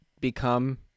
become